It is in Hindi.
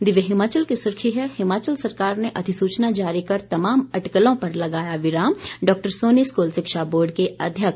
दिव्य हिमाचल की सुर्खी है हिमाचल सरकार ने अधिसूचना जारी कर तमाम अटकलों पर लगाया विराम डॉ सोनी स्कूल शिक्षा बोर्ड के अध्यक्ष